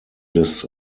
des